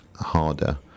harder